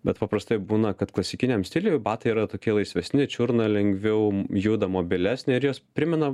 bet paprastai būna kad klasikiniam stiliui batai yra tokie laisvesni čiurna lengviau juda mobilesnė ir jos primena